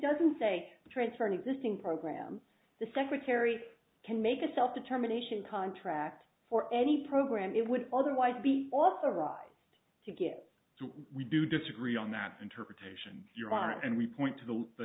doesn't say the transfer an existing program the secretary can make a self determination contract for any program it would otherwise be authorized to get to we do disagree on that interpretation your honor and we point to the